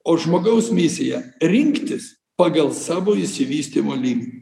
o žmogaus misija rinktis pagal savo išsivystymo lygį